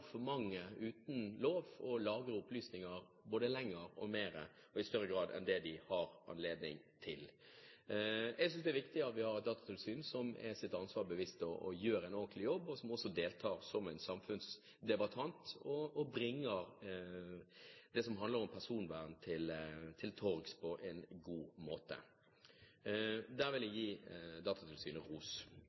altfor mange uten lov lagrer opplysninger både lenger og mer og i større grad enn det de har anledning til. Jeg synes det er viktig at vi har et datatilsyn som er seg sitt ansvar bevisst og gjør en ordentlig jobb, og som også deltar som samfunnsdebattant og bringer det som handler om personvern, til torgs på en god måte. Der vil jeg gi Datatilsynet